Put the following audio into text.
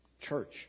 church